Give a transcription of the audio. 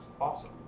awesome